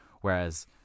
whereas